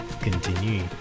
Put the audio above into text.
Continue